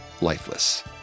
lifeless